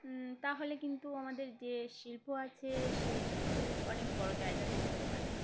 তাহলে কিন্তু আমাদের যে শিল্প আছে সেই শিল্পগুলি অনেক বড়ো জায়গায় পৌঁছাতে পারে